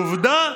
עובדה.